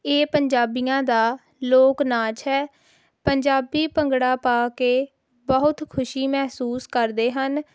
ਇਹ ਪੰਜਾਬੀਆਂ ਦਾ ਲੋਕ ਨਾਚ ਹੈ ਪੰਜਾਬੀ ਭੰਗੜਾ ਪਾ ਕੇ ਬਹੁਤ ਖੁਸ਼ੀ ਮਹਿਸੂਸ ਕਰਦੇ ਹਨ